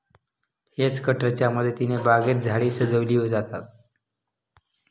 hedge कटरच्या मदतीने बागेत झाडे सजविली जातात